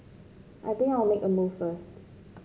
I think I'll make a move first